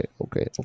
okay